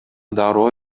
дароо